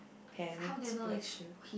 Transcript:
pants black shoes